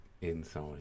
inside